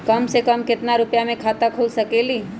कम से कम केतना रुपया में खाता खुल सकेली?